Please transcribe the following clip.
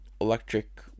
electric